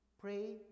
Pray